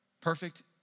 Perfect